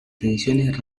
tensiones